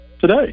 today